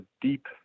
deep